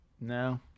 no